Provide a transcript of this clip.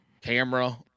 camera